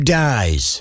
dies